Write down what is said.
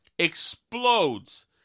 explodes